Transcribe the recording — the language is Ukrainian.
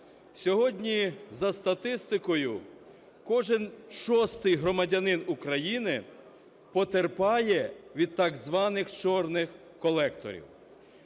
Сьогодні за статистикою кожен шостий громадянин України потерпає від так званих чорних колекторів.